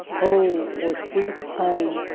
ho for sweet home.